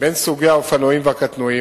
בין סוגי האופנועים והקטנועים,